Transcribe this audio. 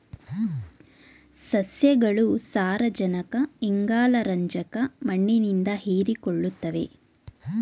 ಸಸ್ಯಗಳು ಸಾರಜನಕ ಇಂಗಾಲ ರಂಜಕ ಮಣ್ಣಿನಿಂದ ಹೀರಿಕೊಳ್ಳುತ್ತವೆ